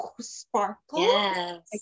sparkle